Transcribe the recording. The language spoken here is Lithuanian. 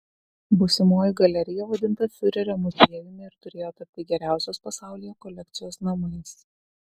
būsimoji galerija vadinta fiurerio muziejumi ir turėjo tapti geriausios pasaulyje kolekcijos namais